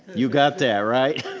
you got that right?